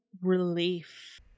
relief